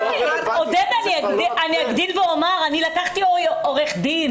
אני לקחתי עורך דין